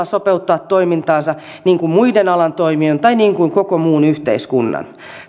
sopeuttaa toimintaansa niin kuin muiden alan toimijoiden tai niin kuin koko muun yhteiskunnan